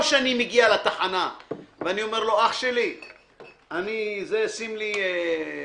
או שאני מגיע לתחנה ואני אומר לו, שים לי תערובת,